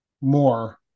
more